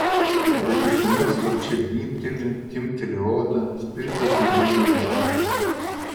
bet visuomet slapčia gnybteli timpteli odą spiritas nudilgina šlaplę